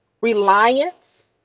reliance